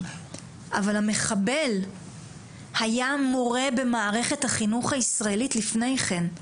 אבל המחבל היה מורה במערכת החינוך לפני כן.